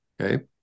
Okay